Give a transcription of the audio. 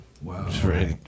Wow